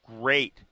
great